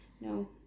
No